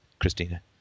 Christina